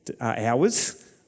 hours